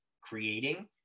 creating